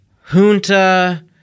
Junta